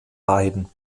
beiden